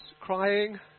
crying